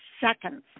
seconds